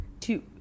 Two